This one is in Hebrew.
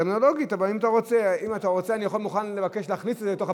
אושרה בקריאה טרומית ותועבר לוועדת הכלכלה להכנה לקריאה ראשונה.